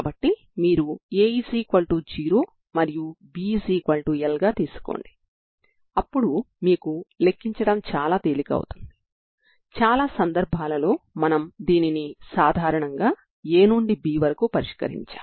N 123 కి అనుగుణంగా మీరు విలువలను తీసుకొని X లలో వున్న ఈ సమస్యను పరిష్కరిస్తారు